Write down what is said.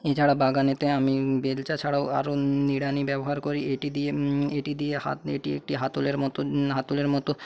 এছাড়া বাগানেতে আমি বেলচা ছাড়াও আরও নিড়ানি ব্যবহার করি এটি দিয়ে এটি দিয়ে এটি একটি হাতলের মতো হাতলের মতো